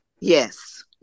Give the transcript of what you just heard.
yes